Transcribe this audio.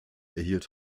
erhielt